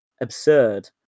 absurd